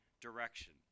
direction